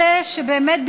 אלה שבאמת,